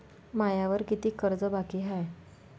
मायावर कितीक कर्ज बाकी हाय?